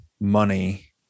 money